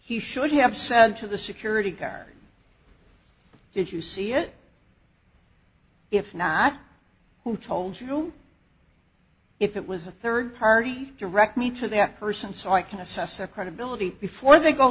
he should have said to the security guard if you see it if not who told you if it was a third party direct me to that person so i can assess their credibility before they go